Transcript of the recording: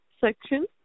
section